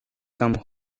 come